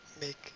make